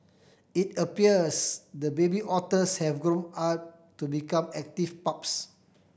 it appears the baby otters have grown up to become active pups